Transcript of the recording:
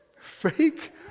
fake